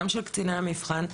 גם של קציני המבחן,